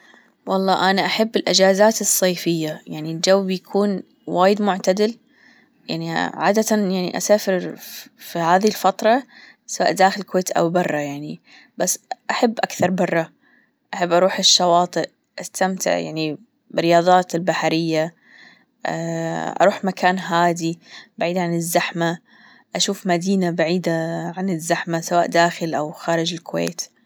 الله أنا أحب الأجازات الصيفية يعني الجو بيكون وايد معتدل يعني عادة يعني أسافر في هذه الفترة سواء داخل الكويت أو برا يعني بس أحب أكثر برا أحب أروح الشواطئ أستمتع يعني بالرياضات البحرية أروح مكان هادي بعيد عن الزحمة أشوف مدينة بعيدة عن الزحمة سواء داخل او خارج الكويت.